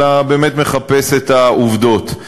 אלא באמת מחפש את העובדות,